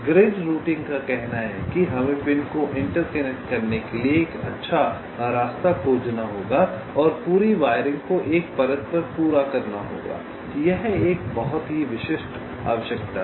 grid routing का कहना है कि हमें पिन को इंटरकनेक्ट करने के लिए एक अच्छा रास्ता खोजना होगा और पूरी वायरिंग को एक परत पर पूरा करना होगा यह एक बहुत ही विशिष्ट आवश्यकता है